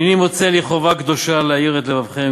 הנני מוצא לי חובה קדושה להעיר את לבבכם